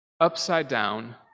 upside-down